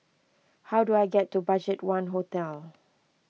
how do I get to Budgetone Hotel